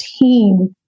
team